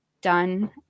done